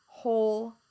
whole